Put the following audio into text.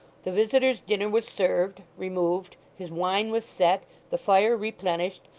the visitor's dinner was served, removed, his wine was set, the fire replenished,